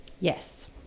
Yes